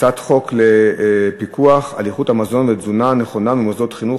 הצעת חוק לפיקוח על איכות המזון והתזונה הנכונה במוסדות חינוך,